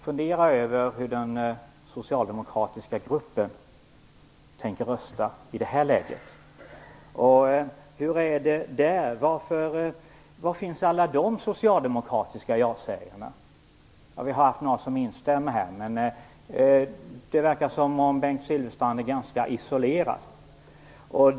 Fundera över hur den socialdemokratiska gruppen skall rösta i det här läget! Var finns alla de socialdemokratiska jasägarna? Några har instämt, men det verkar som om Bengt Silfverstrand är ganska isolerad.